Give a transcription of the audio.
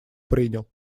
принял